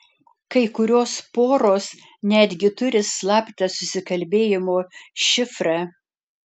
kai kurios poros netgi turi slaptą susikalbėjimo šifrą